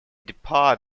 depart